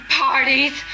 parties